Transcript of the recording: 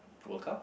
World Cup